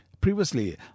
Previously